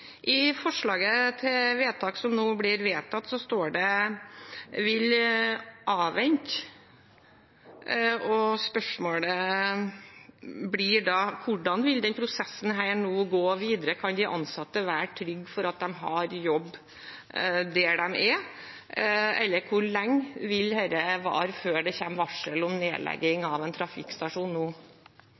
I forslaget til vedtaket som nå blir fattet, står det «avvente». Spørsmålet blir da: Hvordan vil denne prosessen nå gå videre? Kan de ansatte være trygge på at de har jobb der de er? Eller hvor lenge vil dette vare før det kommer varsel om nedlegging av en trafikkstasjon nå?